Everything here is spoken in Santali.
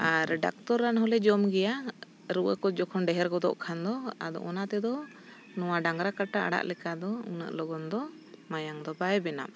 ᱟᱨ ᱰᱟᱠᱛᱚᱨ ᱨᱟᱱ ᱦᱚᱸᱞᱮ ᱡᱚᱢ ᱜᱮᱭᱟ ᱨᱩᱣᱟᱹ ᱠᱚ ᱡᱚᱠᱷᱚᱱ ᱰᱷᱮᱨ ᱜᱚᱫᱚᱜ ᱠᱷᱟᱱ ᱫᱚ ᱟᱫᱚ ᱚᱱᱟ ᱛᱮᱫᱚ ᱱᱚᱣᱟ ᱰᱟᱝᱨᱟ ᱠᱟᱴᱟ ᱟᱲᱟᱜ ᱞᱮᱠᱟ ᱫᱚ ᱩᱱᱟᱹᱜ ᱞᱚᱜᱚᱱ ᱫᱚ ᱢᱟᱭᱟᱝ ᱫᱚ ᱵᱟᱭ ᱵᱮᱱᱟᱜᱼᱟ